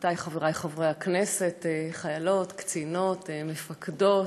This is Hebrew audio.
חברותי וחברי חברי הכנסת, חיילות, קצינות, מפקדות,